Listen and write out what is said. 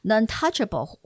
untouchable